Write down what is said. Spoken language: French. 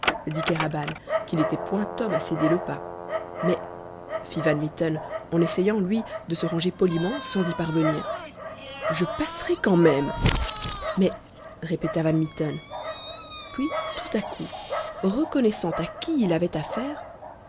qui n'était point homme à céder le pas mais fit van mitten en essayant lui de se ranger poliment sans y parvenir je passerai quand même mais répéta van mitten puis tout à coup reconnaissant à qui il avait affaire